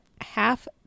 half